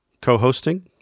co-hosting